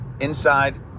inside